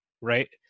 right